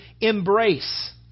embrace